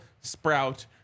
sprout